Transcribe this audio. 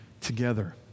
together